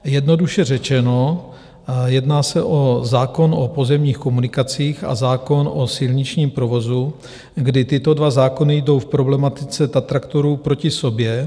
Jednoduše řečeno, jedná se o zákon o pozemních komunikacích a zákon o silničním provozu, kdy tyto dva zákony jdou v problematice tatraktorů proti sobě.